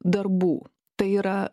darbų tai yra